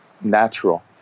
natural